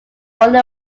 only